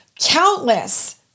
countless